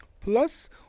Plus